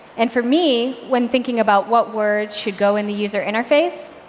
and for me, when thinking about what words should go in the user interface,